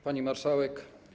Pani Marszałek!